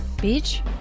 Beach